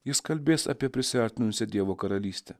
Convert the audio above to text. jis kalbės apie prisiartinusią dievo karalystę